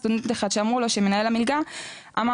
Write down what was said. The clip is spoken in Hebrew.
לסטודנט אחד אמרו שמנהל המלגה אמר